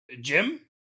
Jim